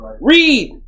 Read